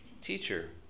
Teacher